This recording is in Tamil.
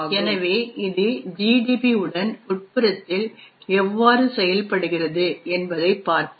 எனவே இது GDB உடன் உட்புறத்தில் எவ்வாறு செயல்படுகிறது என்பதைப் பார்ப்போம்